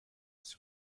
sie